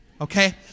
Okay